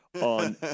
on